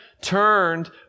turned